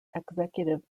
executive